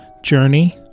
journey